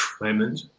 moment